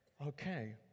Okay